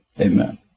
Amen